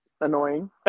annoying